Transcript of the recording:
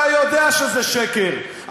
אתה יודע שזה שקר.